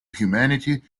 humanity